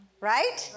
right